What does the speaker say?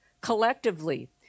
collectively